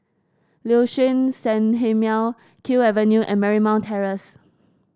Liuxun Sanhemiao Kew Avenue and Marymount Terrace